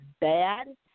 bad